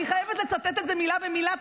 אני חייבת לצטט את זה מילה במילה,